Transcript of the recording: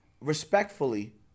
Respectfully